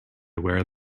wear